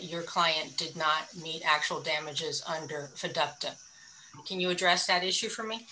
your client did not meet actual damages under saddam can you address that issue for me